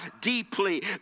deeply